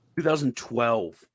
2012